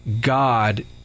God